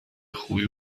خوبی